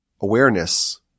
awareness